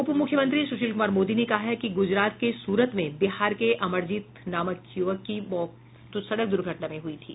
उपमुख्यमंत्री सुशील कुमार मोदी ने कहा है कि गुजरात के सुरत में बिहार के अमरजीत नामक युवक की मौत सड़क द्र्घटना में हुई थी